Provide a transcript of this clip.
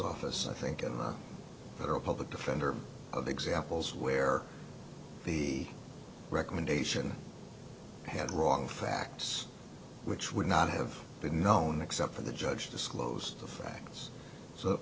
office i think of that or a public defender of examples where the recommendation had wrong facts which would not have been known except for the judge disclosed the facts so